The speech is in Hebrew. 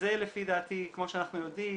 וזה לדעתי כמו שאנחנו יודעים,